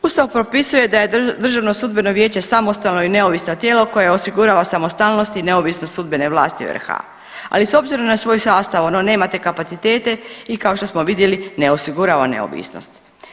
Ustav propisuje da je Državno sudbeno vijeće samostalno i neovisno tijelo koje osigurava samostalnost i neovisnost sudbene vlasti u RH, ali s obzirom na svoj sastav ono nema te kapacitete i kao što smo vidjeli ne osigurava neovisnost.